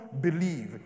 believe